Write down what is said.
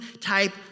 type